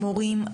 מורים,